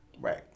Right